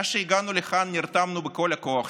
מאז שהגענו לכאן נרתמנו בכל הכוח,